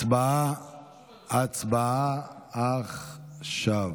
הצבעה עכשיו.